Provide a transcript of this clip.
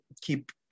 keep